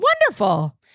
Wonderful